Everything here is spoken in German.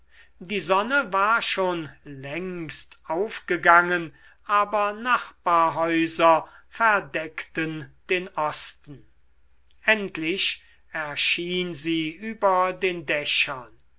die sonne war schon längst aufgegangen aber nachbarhäuser verdeckten den osten endlich erschien sie über den dächern